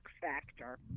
factor